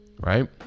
right